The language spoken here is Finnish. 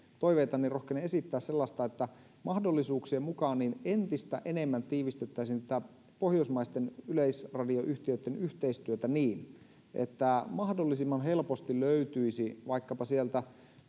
toiveita rohkenen esittää sellaista että mahdollisuuksien mukaan entistä enemmän tiivistettäisiin tätä pohjoismaisten yleisradioyhtiöitten yhteistyötä niin että mahdollisimman helposti löytyisi vaikkapa sieltä